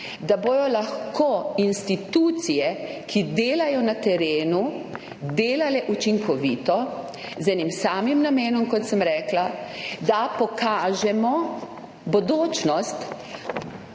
da bodo lahko institucije, ki delajo na terenu, delale učinkovito, z enim samim namenom, kot sem rekla – da pokažemo bodočnost